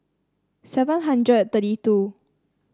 seven hundred and thirty two